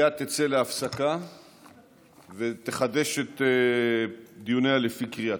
המליאה תצא להפסקה ותחדש את דיוניה לפי קריאה.